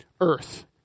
earth